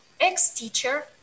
ex-teacher